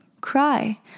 cry